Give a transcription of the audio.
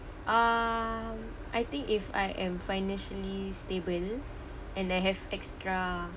um I think if I am financially stable and then have extra